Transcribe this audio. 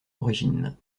origine